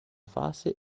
fase